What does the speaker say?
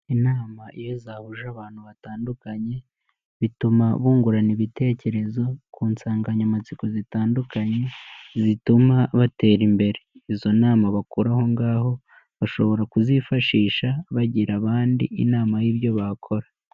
Inama iyo zahuje abantu batandukanye, bituma bungurana ibitekerezo ku nsanganyamatsiko zitandukanye, zituma batera imbere, izo nama bakorara ahongaho, bashobora kuzifashisha bagira abandi inama y'ibyo bakora.